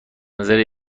نظر